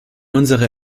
unserer